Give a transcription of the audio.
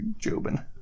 Jobin